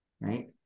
right